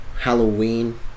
Halloween